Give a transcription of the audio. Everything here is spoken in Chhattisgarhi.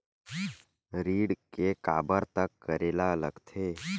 ऋण के काबर तक करेला लगथे?